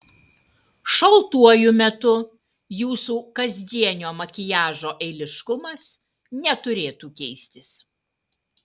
šaltuoju metu jūsų kasdienio makiažo eiliškumas neturėtų keistis